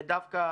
ודווקא,